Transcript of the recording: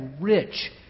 rich